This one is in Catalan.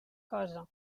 cosa